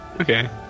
Okay